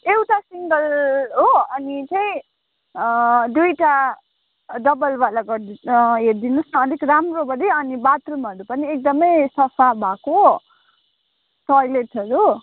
एउटा सिङ्गल हो अनि चाहिँ दुईवटा डबल वाला गरिदिनु हेरिदिनु होस् न अलिक राम्रो गरी अनि बाथरुमहरू पनि एकदमै सफा भएको टोइलेटहरू